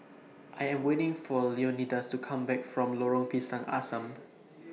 I Am waiting For Leonidas to Come Back from Lorong Pisang Asam